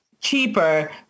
cheaper